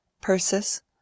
Persis